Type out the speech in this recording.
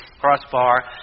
crossbar